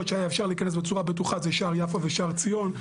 שהיה אפשר להיכנס בצורה בטוחה זה שער יפו ושער ציון,